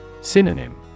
Synonym